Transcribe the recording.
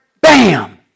bam